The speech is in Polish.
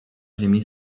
ziemi